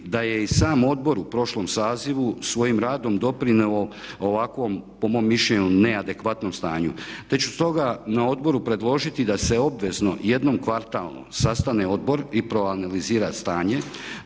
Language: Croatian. da je i sam odbor u prošlom sazivu svojim radom doprinio ovakvom, po mom mišljenju neadekvatnom, stanju. Te ću stoga na odboru predložiti da se obvezno jednom kvartalno sastane odbor i proanalizira stanje